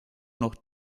noch